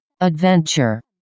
adventure